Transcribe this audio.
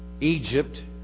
Egypt